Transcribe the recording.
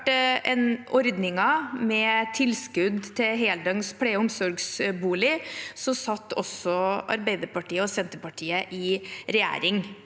innførte ordningen med tilskudd til heldøgns pleie- og omsorgsboliger, satt også Arbeiderpartiet og Senterpartiet i regjering.